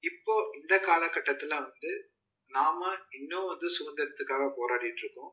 இப்போது இந்த காலக்கட்டத்தில் வந்து நாம் இன்னும் வந்து சுதந்திரத்திற்காக போராடிட்டிருக்கோம்